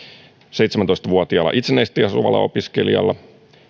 seitsemäntoista vuotiaalla itsenäisesti asuvalla opiskelijalla